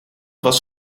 was